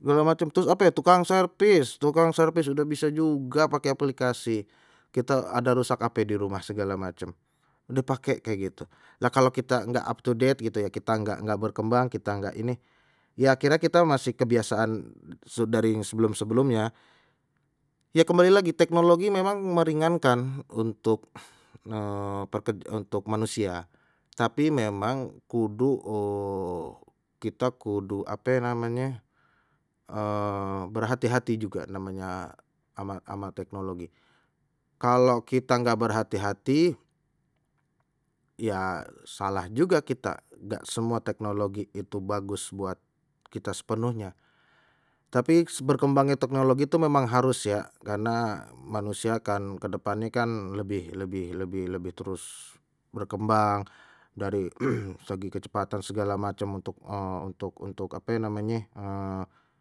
segala macem trus ape, tukang servis tukang servis sudah bisa juga pakai aplikasi, kita ada rusak ape di rumah segala macam, udah pakai kayak gitu lah kalau kita nggak up to date gitu ya kita nggak nggak berkembang kita nggak ini ya akhire kita masih kebiasaan sedari sebelum-sebelumnya. Ya kembali lagi teknologi memang meringankan untuk peker untuk manusia tapi memang kudu kita kudu ape namanye berhati-hati juga namanya ama ama teknologi, kalau kita nggak berhati-hati ya salah juga kita nggak semua teknologi itu bagus buat kita sepenuhnya tapi berkembangnya teknologi itu memang harus ya karena manusia kan ke depan ini kan lebih lebih lebih lebih terus berkembang dari segi kecepatan segala macam untuk untuk untuk ape namenye.